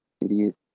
Idiot